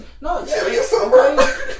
No